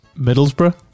Middlesbrough